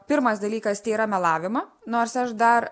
pirmas dalykas tai yra melavimą nors aš dar